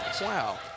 wow